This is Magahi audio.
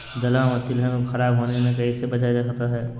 दलहन और तिलहन को खराब होने से कैसे बचाया जा सकता है?